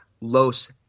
Los